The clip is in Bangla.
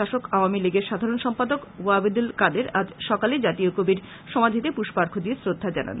শাসক আওয়ামী লিগের সাধারন সম্পাদক ওবায়েদুল কাদের আজ সকালে জাতীয় কবির সমাধিতে পুষ্পার্ঘ দিয়ে শ্ৰদ্ধা জানান